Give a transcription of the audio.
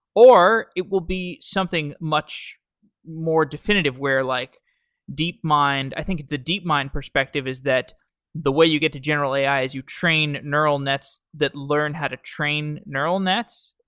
or it will be something much more definitive, where like deep mind, i think the deep mind perspective is that the way you get to general ai is you train neural nets that learn how to train neural nets.